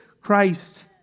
Christ